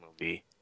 movie